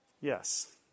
Yes